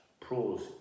Pros